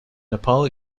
nepal